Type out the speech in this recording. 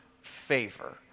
favor